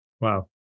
Wow